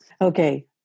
Okay